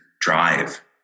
drive